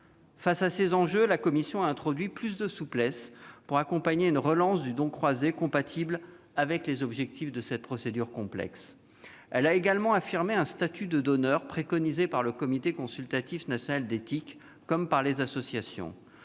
Face à ces enjeux, la commission a introduit plus de souplesse pour accompagner une relance du don croisé compatible avec les exigences liées à cette procédure complexe. Elle a également affirmé un « statut de donneur », préconisé par le Comité consultatif national d'éthique comme par les associations.